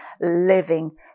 living